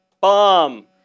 bomb